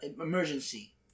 emergency